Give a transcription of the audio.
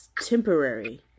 temporary